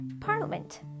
Parliament